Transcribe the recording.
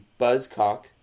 Buzzcock